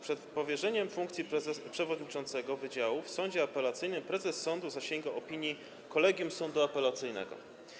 Przed powierzeniem funkcji przewodniczącego wydziału w sądzie apelacyjnym prezes sądu zasięga opinii kolegium sądu apelacyjnego.